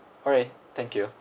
alright thank you